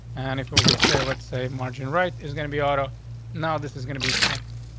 and if but we're going to say let's say margin right is gonna be auto now, this is gonna be in center,